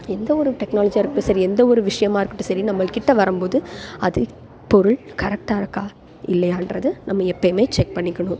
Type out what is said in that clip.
எந்த ஒரு டெக்னாலஜியாக இருக்கட்டும் சரி எந்த ஒரு விஷயமாக இருக்கட்டும் சரி நம்மக்கிட்டே வரும்போது அது பொருள் கரெக்டாக இருக்கா இல்லையான்றது நம்ம எப்போயுமே செக் பண்ணிக்கணும்